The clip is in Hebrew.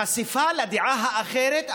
חשיפה לדעת האחרת,